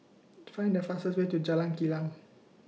Find The fastest Way to Jalan Kilang